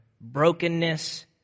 brokenness